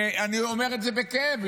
אני אומר את זה בכאב.